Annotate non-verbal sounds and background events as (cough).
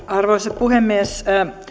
(unintelligible) arvoisa puhemies